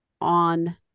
on